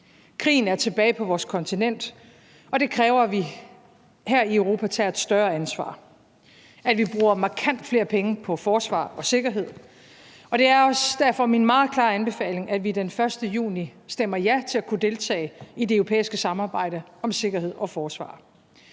Krigen er tilbage på vores kontinent, og det kræver, at vi her i Europa tager et større ansvar, at vi bruger markant flere penge på forsvar og sikkerhed, og det er derfor også min meget klare anbefaling, at vi den 1. juni stemmer ja til at kunne deltage i det europæiske samarbejde om sikkerhed og forsvar.